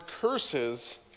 curses